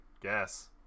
guess